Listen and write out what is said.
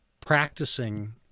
practicing